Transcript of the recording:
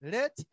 Let